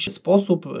sposób